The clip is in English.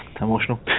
emotional